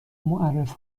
معرف